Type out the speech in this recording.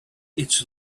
its